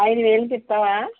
ఐదు వేలకి ఇస్తావా